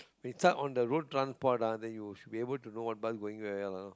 with so~ on the road transport lah then you should be able to know what bus going where ya lah